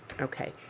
okay